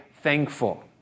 thankful